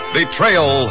Betrayal